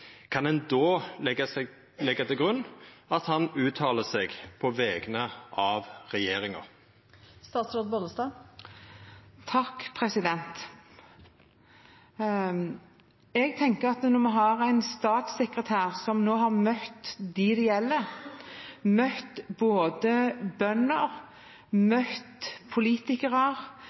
kan ein då leggja til grunn at han uttaler seg på vegner av regjeringa? Jeg tenker at når vi har en statssekretær som nå har møtt dem det gjelder – møtt bønder, møtt politikere,